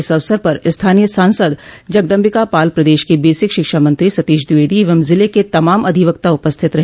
इस अवसर पर स्थानीय सांसद जगदम्बिका पाल प्रदेश के बेसिक शिक्षा मंत्री सतीश द्विवेदी एवं जिले के तमाम अधिवक्ता उपस्थित रहे